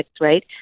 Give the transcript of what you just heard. right